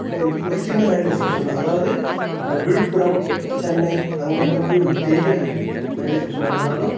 ஒரு ஒரு சின்ன ரயில்வே ஸ்டேஷன் தான் அதாவது விழுப்புரம் சென்னை அங்கே இருக்கிற மாரி ஒரு பெரிய ரயில்வே ஸ்டேஷன் இல்லைன்னாலும்